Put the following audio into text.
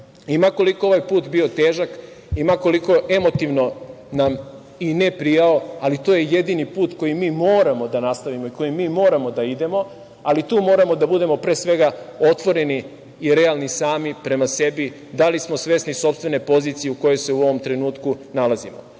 ma koliko ovaj put bio težak i ma koliko emotivno nam i ne prijao, ali to je jedini put kojim mi moramo da nastavimo, kojim moramo da idemo, ali tu moramo da budemo, pre svega, otvoreni i realni sami prema sebi, da li smo svesni sopstvene pozicije u kojoj se nalazimo. Nije